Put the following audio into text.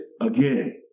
again